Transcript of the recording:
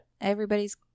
Everybody's